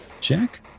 jack